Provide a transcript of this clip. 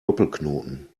doppelknoten